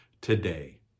today